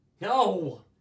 No